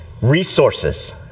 Resources